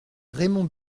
raymond